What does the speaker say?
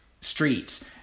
streets